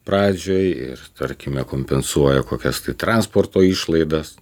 pradžiai ir tarkime kompensuoja kokias transporto išlaidas